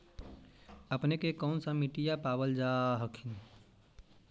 अपने के कौन सा मिट्टीया पाबल जा हखिन?